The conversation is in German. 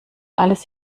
alles